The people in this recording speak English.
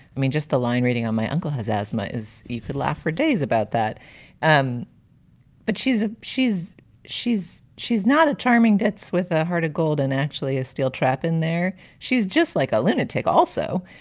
i mean, just the line reading on my uncle has asthma is you could laugh for days about that um but she's she's she's she's not a charming ditz with a heart of gold and actually is still trapped in there she's just like a lunatic also.